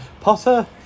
Potter